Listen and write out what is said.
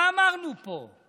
מה אמרנו פה?